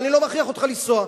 אני לא מכריח אותך לנסוע.